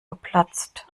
geplatzt